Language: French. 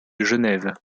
genève